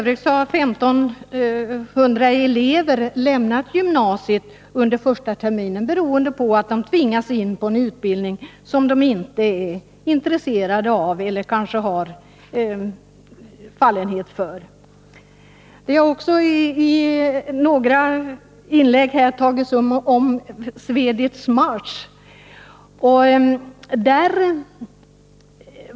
1500 elever har f. ö. lämnat gymnasiet under första terminen för att de tvingas in på en utbildning som de inte är intresserade av och kanske inte har fallenhet för. I några inlägg har det talats om Swedish Match.